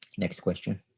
next question.